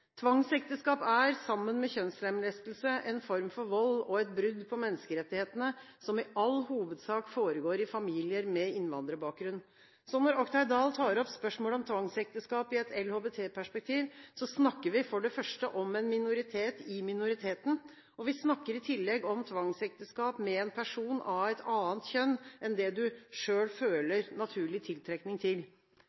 Tvangsekteskap er, sammen med kjønnslemlestelse, en form for vold og et brudd på menneskerettighetene som i all hovedsak foregår i familier med innvandrerbakgrunn. Så når Oktay Dahl tar opp spørsmålet om tvangsekteskap i et LHBT-perspektiv, snakker vi for det første om en minoritet i minoriteten, og vi snakker i tillegg om tvangsekteskap med en person av et annet kjønn enn det du